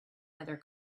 other